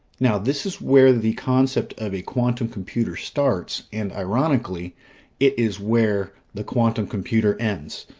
now, this is where the concept of a quantum computer starts, and ironically, it is where the quantum computer ends.